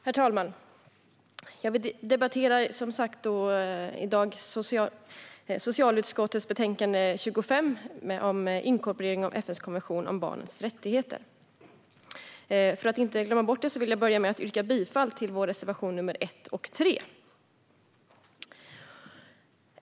Herr talman! Vi debatterar i dag som sagt socialutskottets betänkande SfU25 Inkorporering av FN:s konvention om barnets rättigheter . För att inte glömma bort det vill jag börja med att yrka bifall till våra reservationer 1 och 3.